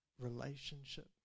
relationship